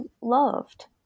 loved